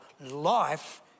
life